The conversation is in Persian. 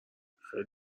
خیلی